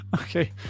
okay